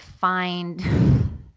find